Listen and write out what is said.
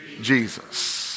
Jesus